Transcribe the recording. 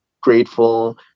grateful